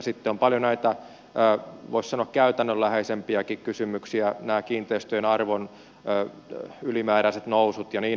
sitten on paljon näitä voisi sanoa käytännönläheisempiäkin kysymyksiä nämä kiinteistöjen arvon ylimääräiset nousut ja niin edelleen